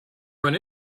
run